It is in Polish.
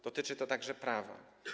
Dotyczy to także prawa.